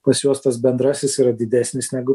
pas juos tas bendrasis yra didesnis negu